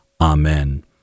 Amen